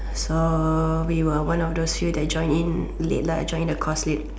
so we were one of those few that join in late lah join the course late